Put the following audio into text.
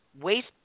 waste